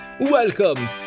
Welcome